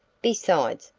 besides,